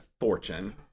fortune